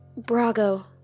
Brago